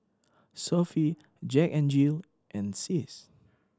Sofy Jack N Jill and SIS